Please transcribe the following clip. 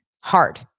Hard